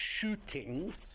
shootings